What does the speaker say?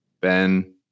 Ben